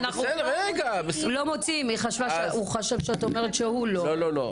הוא חשב שאת אומרת שהוא לא.